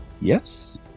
Yes